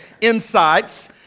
insights